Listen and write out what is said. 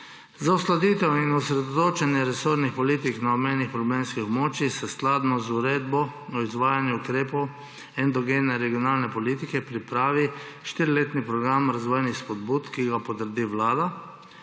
Za uskladitev in osredotočenje resornih politik na obmejnih problemskih območjih se skladno z Uredbo o izvajanju ukrepov endogene regionalne politike pripravi štiriletni program razvojnih spodbud, ki ga potrdi Vlada.